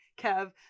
kev